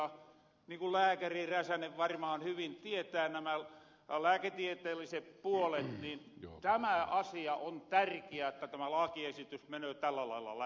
niin ku lääkäri räsänen varmaan hyvin tietää nämä lääketieteelliset puolet niin on tärkiä jotta tämä lakiesitys mänöö tällä lailla läpi